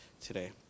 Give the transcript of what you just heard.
today